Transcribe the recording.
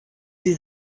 sie